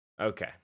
okay